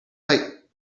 like